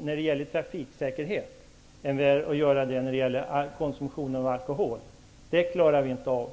när det gäller trafiksäkerhet än i fråga om konsumtion av alkohol. Det klarar vi inte av.